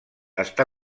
està